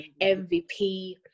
MVP